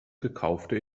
gekaufte